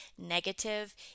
negative